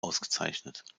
ausgezeichnet